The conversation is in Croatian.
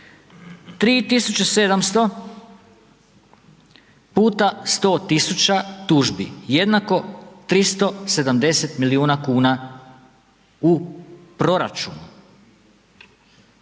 3.700 puta 100.000 tužbi jednako 370 milijuna kuna u proračunu.